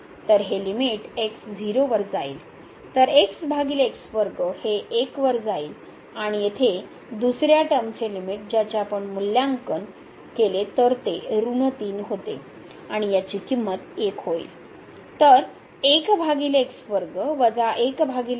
तर हे limit x 0 वर जाईल तर हे 1 वर जाईल आणि येथे दुसर्या टर्मची लिमिट ज्याचे आपण मूल्यांकन केले तर ते ऋण 3 होते आणि याची किंमत 1 होईल